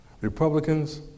Republicans